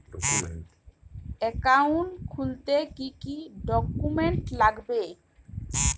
Account খুলতে কি কি ডকুমেন্ট লাগবে?